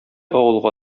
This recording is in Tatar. авылга